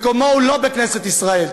מקומו הוא לא בכנסת ישראל.